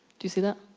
do you see that?